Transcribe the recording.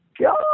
God